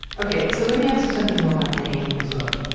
ok. so, let me ask you something more mundane what's up?